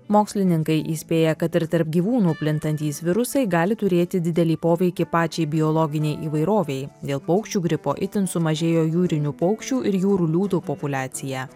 mokslininkai įspėja kad ir tarp gyvūnų plintantys virusai gali turėti didelį poveikį pačiai biologinei įvairovei dėl paukščių gripo itin sumažėjo jūrinių paukščių ir jūrų liūtų populiacija